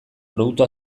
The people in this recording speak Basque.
produktu